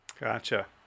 Gotcha